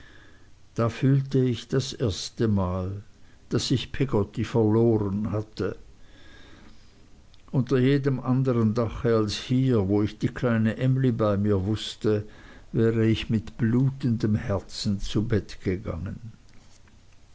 da fühlte ich das erstemal daß ich peggotty verloren hatte unter jedem andern dache als hier wo ich die kleine emly bei mir wußte wäre ich mit blutendem herzen zu bett gegangen